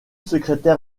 secrétaire